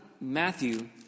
Matthew